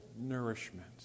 nourishment